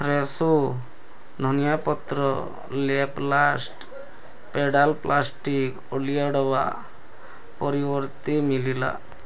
Fresho ଧନିଆ ପତ୍ର ଲ୍ୟାପ୍ଲାଷ୍ଟ୍ ପେଡ଼ାଲ୍ ପ୍ଲାଷ୍ଟିକ୍ ଅଳିଆ ଡବା ପରିବର୍ତ୍ତେ ମିଳିଲା